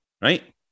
right